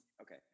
Okay